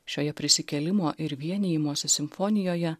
šioje prisikėlimo ir vienijimosi simfonijoje